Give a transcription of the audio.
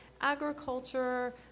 agriculture